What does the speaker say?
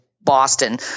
Boston